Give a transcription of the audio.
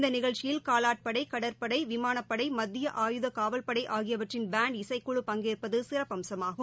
இந்த நிகழ்ச்சியில் கலாட்படை கடற்படை விமாளப்படை மத்திய ஆயுத காவல்படை ஆகியவற்றின் பேண்ட் இசைக்குழு பங்கேற்பது சிறப்பு அம்சமாகும்